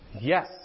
Yes